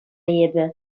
эпӗ